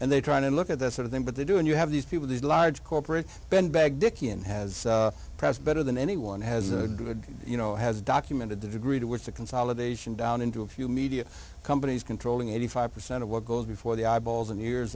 and they try to look at that sort of them but they do and you have these people these large corporate ben bag dickie and has press better than anyone has the you know has documented the degree to which the consolidation down into a few media companies controlling eighty five percent of what goes before the eyeballs and ears